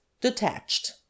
detached